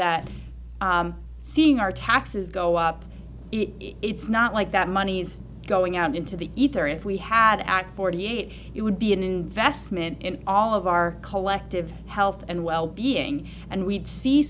that seeing our taxes go up it's not like that money's going out into the ether if we had ak forty eight it would be an investment in all of our collective health and well being and we'd see